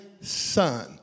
son